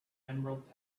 emerald